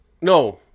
No